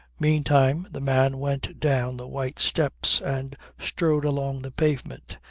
meantime the man went down the white steps and strode along the pavement,